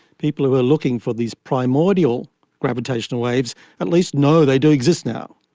people who were looking for these primordial gravitational waves at least know they do exist now.